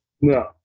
No